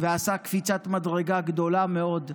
ועשה קפיצת מדרגה גדולה מאוד ביישובים,